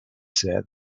said